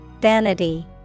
Vanity